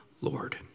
Lord